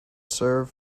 serve